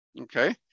okay